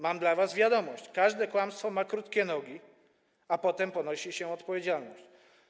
Mam dla was wiadomość: każde kłamstwo ma krótkie nogi, a potem ponosi się odpowiedzialność.